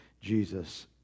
Jesus